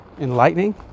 enlightening